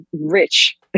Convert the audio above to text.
Rich